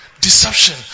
deception